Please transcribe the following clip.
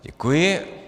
Děkuji.